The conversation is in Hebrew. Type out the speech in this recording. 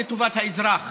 לטובת האזרח.